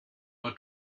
are